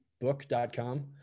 book.com